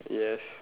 yes